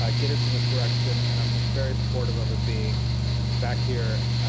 ah get us in this direction and i'm very supportive of it being back here,